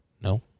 No